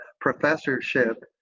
professorship